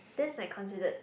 that's like considered